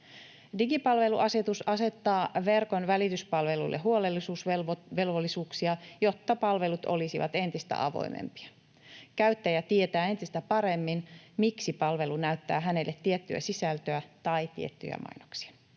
Digipalveluasetus asettaa verkon välityspalveluille huolellisuusvelvollisuuksia, jotta palvelut olisivat entistä avoimempia. Käyttäjä tietää entistä paremmin, miksi palvelu näyttää hänelle tiettyä sisältöä tai tiettyjä mainoksia.